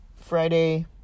Friday